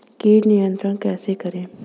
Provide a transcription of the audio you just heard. कीट नियंत्रण कैसे करें?